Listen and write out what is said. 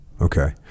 Okay